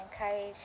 encourage